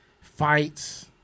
fights